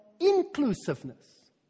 Inclusiveness